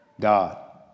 God